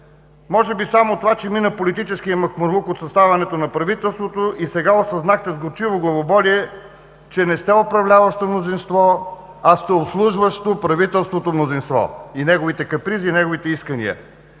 Може би само това, че мина политическият махмурлук от съставянето на правителството и сега осъзнахте с горчиво главоболие, че не сте управляващо мнозинство, а сте обслужващо правителството мнозинство и неговите капризи, и неговите искания.